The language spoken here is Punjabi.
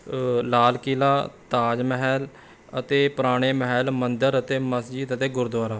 ਲਾਲ ਕਿਲ੍ਹਾ ਤਾਜ ਮਹਿਲ ਅਤੇ ਪੁਰਾਣੇ ਮਹਿਲ ਮੰਦਰ ਅਤੇ ਮਸਜਿਦ ਅਤੇ ਗੁਰਦੁਆਰਾ